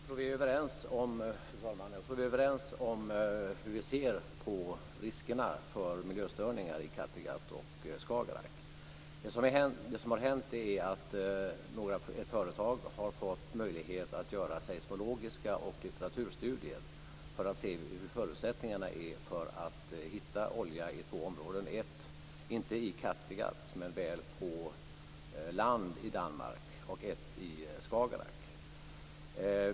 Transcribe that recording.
Fru talman! Jag tror att vi är överens om hur vi ser på riskerna för miljöstörningar i Kattegatt och Skagerrak. Det som har hänt är att några företag har fått möjlighet att göra seismologiska studier och litteraturstudier för att ta reda på förutsättningarna för att hitta olja i två områden. Ett ligger, inte i Kattegatt, men väl på land i Danmark och ett i Skagerrak.